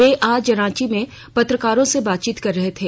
वे आज रांची में पत्रकारों से बातचीत कर रहे थे